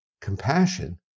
compassion